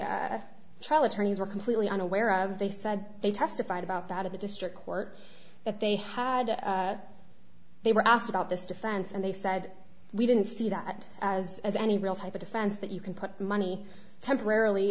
the trial attorneys were completely unaware of they said they testified about that at the district court that they had they were asked about this defense and they said we didn't see that as as any real type of defense that you can put money temporarily